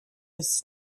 his